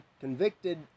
convicted